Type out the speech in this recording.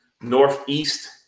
northeast